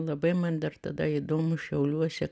labai man dar tada įdomu šiauliuose